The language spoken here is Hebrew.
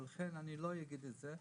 לכן אני לא אגיד את זה,